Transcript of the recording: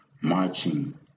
marching